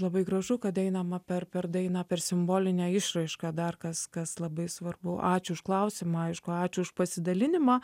labai gražu kad einama per per dainą per simbolinę išraišką dar kas kas labai svarbu ačiū už klausimą aišku ačiū už pasidalinimą